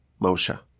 Moshe